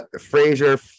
Frazier